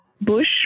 Bush